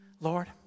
Lord